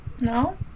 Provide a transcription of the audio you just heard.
No